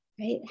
right